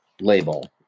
label